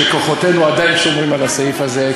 כוחותינו עדיין שומרים על הסעיף הזה,